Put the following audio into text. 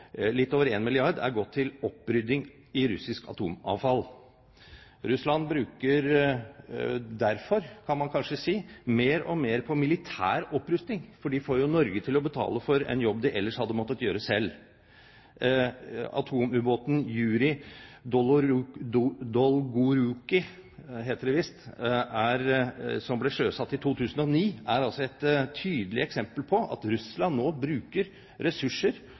Litt over 1 milliard kr er gått til opprydding i russisk atomavfall. Russland bruker derfor, kan man kanskje si, mer og mer på militær opprustning. De får jo Norge til å betale for en jobb som de ellers hadde måttet gjør selv. Atomubåten «Jurij Dolgorukij», som ble sjøsatt i 2009, er et tydelig eksempel på at Russland nå bruker ressurser